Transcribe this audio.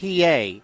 pa